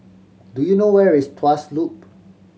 do you know where is Tuas Loop